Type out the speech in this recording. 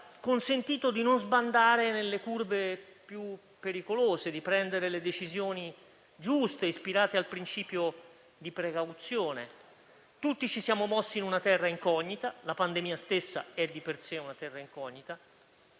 consentito di non sbandare nelle curve più pericolose e di prendere le decisioni giuste, ispirate al principio di precauzione. Tutti ci siamo mossi in una terra incognita (la pandemia stessa è di per sé una terra incognita)